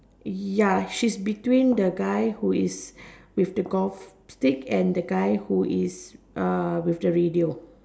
ya she's between the guy who is with the golf stick and the guy who is uh with the radio